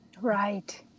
Right